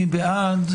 מי בעד?